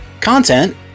Content